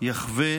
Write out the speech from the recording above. יחווה